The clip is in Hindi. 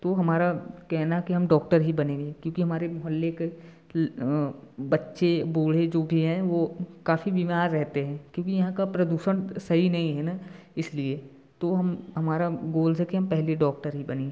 तो हमारा कहना कि हम डॉक्टर ही बनेंगे क्योंकि हमारे मोहल्ले के बच्चे बूढ़े जो भी हैं वो काफ़ी बीमार रहेते हैं क्योंकि यहाँ का प्रदूषण सही नहीं है न इसलिए तो हम हमारा गोल्स है कि हम पहले डॉक्टर ही बने